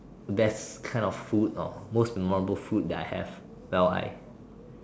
that is kind of food or most memorable food that I have well I